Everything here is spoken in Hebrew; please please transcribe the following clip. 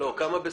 כמה בשכר?